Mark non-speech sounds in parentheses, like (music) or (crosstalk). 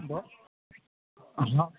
(unintelligible)